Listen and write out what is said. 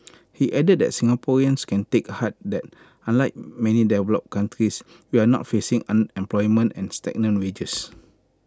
he added that Singaporeans can take heart that unlike many developed countries we are not facing unemployment and stagnant wages